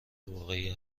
واقعی